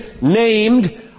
named